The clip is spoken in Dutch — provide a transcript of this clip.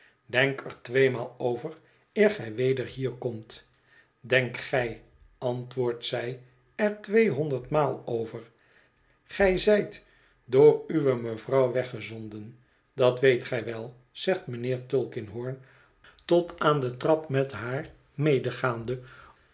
denk er tweemaal over eer gij weder hier komt denk gij antwoordt zij er tweehonderdmaal over gij zijt door uwe mevrouw weggezonden dat weet gij wel zegt mijnheer tulkinghorn tot aan de trap met haar